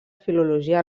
filologia